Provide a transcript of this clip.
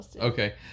Okay